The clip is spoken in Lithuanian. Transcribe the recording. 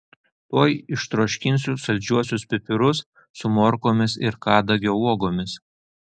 tuoj ištroškinsiu saldžiuosius pipirus su morkomis ir kadagio uogomis